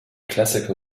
classical